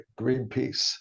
Greenpeace